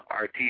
RT